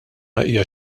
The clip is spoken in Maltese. hija